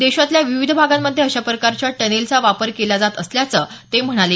देशातल्या विविध भागांमध्ये अशा प्रकारच्या टनेलचा वापर केला जात असल्याचं ते म्हणाले